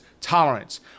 tolerance